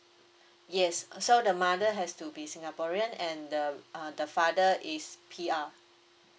yes so the mother has to be singaporean and the uh the father is P_R